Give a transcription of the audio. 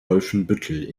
wolfenbüttel